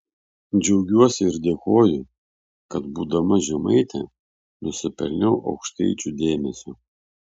džiaugiuosi ir dėkoju kad būdama žemaitė nusipelniau aukštaičių dėmesio